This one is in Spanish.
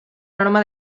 norma